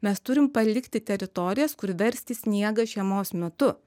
mes turim palikti teritorijas kur versti sniegą žiemos metu